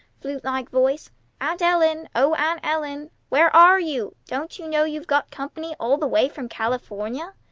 flute-like voice aunt ellen! o aunt ellen! where are you? don't you know you've got company all the way from california?